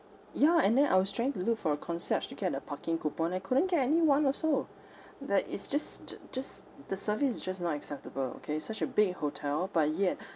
ya and then I was trying to look for a concierge to get a parking coupon I couldn't get anyone also like it's just ju~ just the service is just not acceptable okay such a big hotel but yet